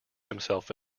himself